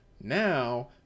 Now